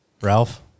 Ralph